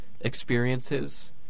experiences